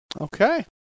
Okay